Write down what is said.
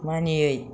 मानियै